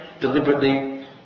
deliberately